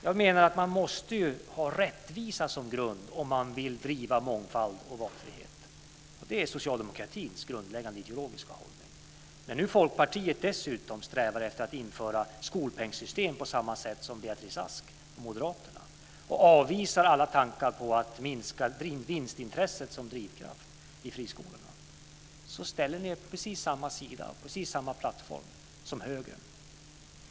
Jag menar att man måste ha rättvisa som grund om man vill driva mångfald och valfrihet. Det är socialdemokratins grundläggande ideologiska hållning. När nu Folkpartiet dessutom strävar efter att införa skolpengssystem på samma sätt som Beatrice Ask och Moderaterna och avvisar alla tankar på att minska vinstintresset som drivkraft i friskolorna ställer ni er på precis samma sida och precis samma plattform som högern.